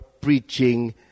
preaching